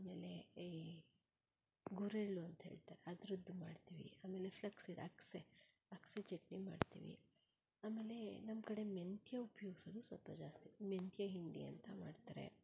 ಆಮೇಲೆ ಈ ಗುರೆಳ್ಳು ಅಂತ ಹೇಳ್ತಾರೆ ಅದ್ರದ್ದು ಮಾಡ್ತೀವಿ ಆಮೇಲೆ ಫ್ಲಕ್ಸ್ ಸೀಡ್ ಅಗಸೆ ಅಗಸೆ ಚಟ್ನಿ ಮಾಡ್ತೀವಿ ಆಮೇಲೆ ನಮ್ಮ ಕಡೆ ಮೆಂತೆ ಉಪಯೋಗ್ಸೋದು ಸ್ವಲ್ಪ ಜಾಸ್ತಿ ಮೆಂತೆ ಹಿಂಡಿ ಅಂತ ಮಾಡ್ತಾರೆ